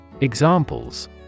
Examples